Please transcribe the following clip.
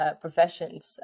Professions